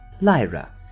Lyra